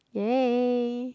ya